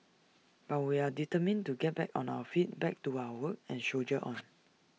but we are determined to get back on our feet back to our work and soldier on